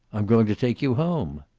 i'm going to take you home.